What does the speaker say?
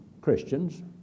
Christians